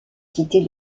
quitter